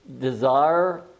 desire